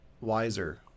Wiser